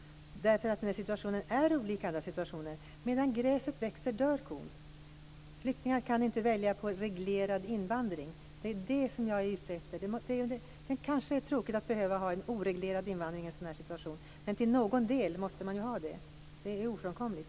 Den här situationen är ju olik alla andra situationer. Medan gräset växer dör kon. Flyktingar kan inte välja på reglerad invandring. Det är det jag är ute efter. Det kanske är tråkigt att behöva ha en oreglerad invandring i en sådan här situation, men till någon del måste man ju ha det. Det är ofrånkomligt.